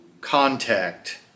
contact